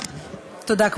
תודה.